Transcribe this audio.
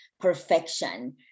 perfection